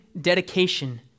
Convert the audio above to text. dedication